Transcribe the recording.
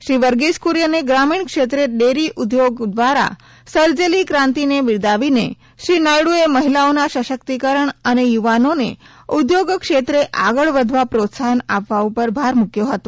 શ્રી વર્ગિસ કુરિયને ગ્રામીણ ક્ષેત્રે ડેરી ઉધોગ દ્વારા સર્જેલી ક્રાંતિને બિરદાવીને શ્રી નાયડુએ મહિલાઓના સશકિતકરણ અને યુવાનોને ઉધોગ ક્ષેત્રે આગળ વધવા પ્રોત્સાહન આપવા ઉપર ભાર મૂકયો હતો